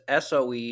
SOE